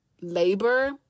labor